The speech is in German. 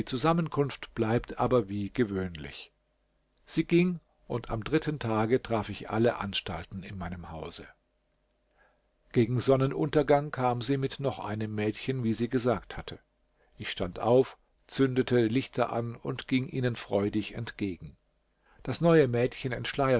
zusammenkunft bleibt aber wie gewöhnlich sie ging und am dritten tage traf ich alle anstalten in meinem hause gegen sonnenuntergang kam sie mit noch einem mädchen wie sie gesagt hatte ich stand auf zündete lichter an und ging ihnen freudig entgegen das neue mädchen